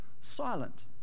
silent